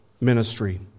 ministry